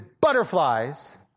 butterflies